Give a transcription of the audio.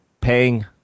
paying